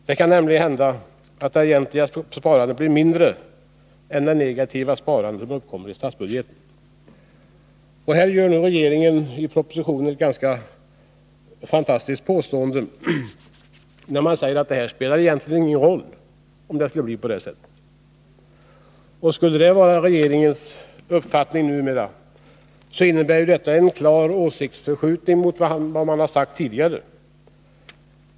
Det kan nämligen hända att det egentliga nysparandet blir mindre än det negativa sparande som uppkommer i statsbudgeten. Regeringen gör i propositionen det häpnadsväckande påståendet att detta egentligen inte spelar någon roll. Skulle det verkligen vara regeringens uppfattning numera, så innebär det en klar åsiktsförskjutning mot tidigare.